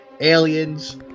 Aliens